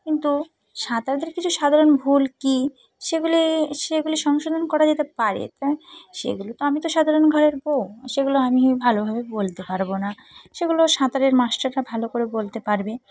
কিন্তু সাঁতারুদের কিছু সাধারণ ভুল কী সেগুলি সেগুলি সংশোধন করা যেতে পারে তা সেগুলো তো আমি তো সাধারণ ঘরের বউ সেগুলো আমি ভালোভাবে বলতে পারব না সেগুলো সাঁতারের মাস্টাররা ভালো করে বলতে পারবে